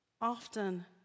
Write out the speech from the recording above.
Often